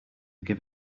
give